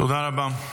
תודה רבה.